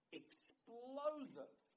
explosive